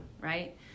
right